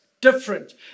different